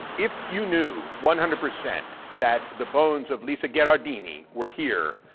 if you knew one hundred percent that the bones of lisa gherardini were here,